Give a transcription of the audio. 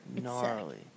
Gnarly